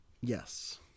Yes